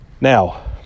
now